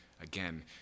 again